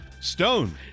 Stone